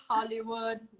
Hollywood